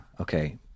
Okay